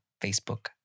Facebook